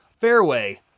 fairway